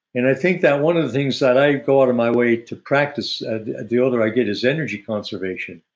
and i think that one of the things that i'd go out of my way to practice the older i get is energy conservation.